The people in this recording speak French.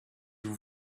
vous